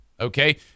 Okay